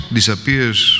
disappears